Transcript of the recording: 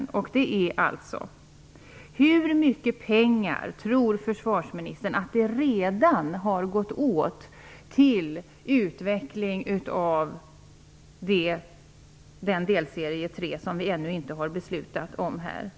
Hur mycket pengar tror försvarsministern, med tanke på hur man arbetar med sådana här långsiktiga projekt, redan har gått åt till utveckling av delserie 3, som vi här ännu inte har beslutat om?